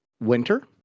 winter